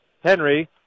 Henry